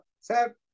sir